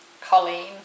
Colleen